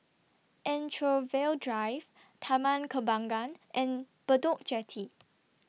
Anchorvale Drive Taman Kembangan and Bedok Jetty